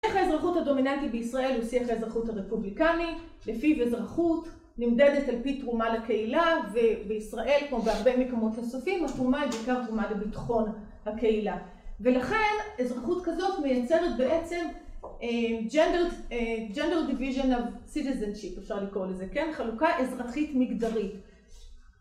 שיח האזרחות הדומיננטי בישראל הוא שיח האזרחות הרפובליקני, לפיו אזרחות נמדדת על פי תרומה לקהילה ובישראל כמו בהרבה מקומות נוספים התרומה היא בעיקר תרומה לביטחון הקהילה ולכן אזרחות כזאת מייצרת בעצם ג'נדר דיוויז'ן אוף סיטיזנשיפ אפשר לקרוא לזה, כן? חלוקה אזרחית מגדרית